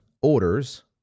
orders